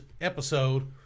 episode